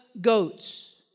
goats